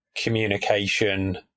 communication –